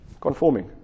Conforming